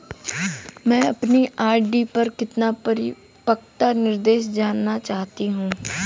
मैं अपनी आर.डी पर अपना परिपक्वता निर्देश जानना चाहती हूँ